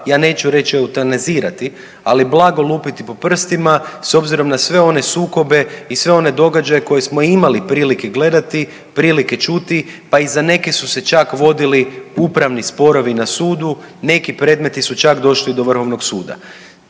ja neću reći eutanizirati, ali blago lupiti po prstima s obzirom na sve one sukobe i sve one događaje koje smo imali prilike gledati, prilike čuti, pa i za neke su se čak vodili upravni sporovi na sudu. Neki predmeti su čak došli do Vrhovnog suda.